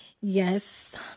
yes